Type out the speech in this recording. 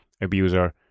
abuser